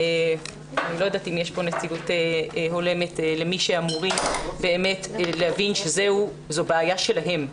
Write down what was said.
אני לא יודעת אם יש פה נציגות הולמת למי שאמורים להבין שזו בעיה שלהם.